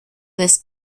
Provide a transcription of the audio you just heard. this